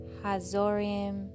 Hazorim